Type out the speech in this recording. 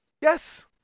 Yes